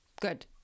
Good